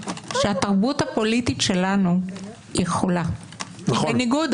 שהתרבות הפוליטית שלנו היא חולה -- נכון,